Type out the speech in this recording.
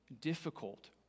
difficult